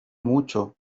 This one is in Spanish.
mucho